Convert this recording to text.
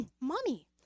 mommy